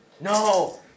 No